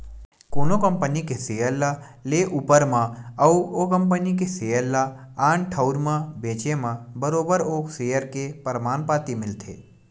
कोनो कंपनी के सेयर ल लेए ऊपर म अउ ओ कंपनी के सेयर ल आन ठउर म बेंचे म बरोबर ओ सेयर के परमान पाती मिलथे